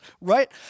right